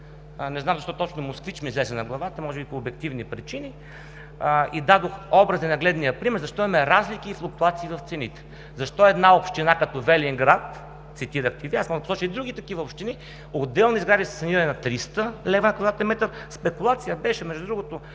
не знам защо точно „Москвич“ ми излезе на главата, може би по обективни причини, и дадох образен, нагледен пример защо има разлики и флуктуации в цените. Защото в една община като Велинград, цитирахте Вие, а аз мога да посоча и други такива общини, отделни сгради са санирани на 300 лв. на кв. м. Спекулация беше, между другото,